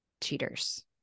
cheaters